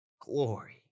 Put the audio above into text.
Glory